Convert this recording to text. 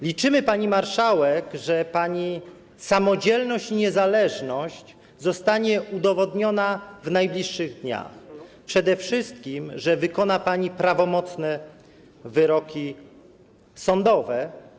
Liczymy, pani marszałek, że pani samodzielność i niezależność zostanie udowodniona w najbliższych dniach, a przede wszystkim, że wykona pani prawomocne wyroki sądowe.